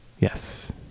Yes